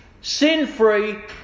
sin-free